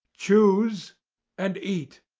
choose and eat.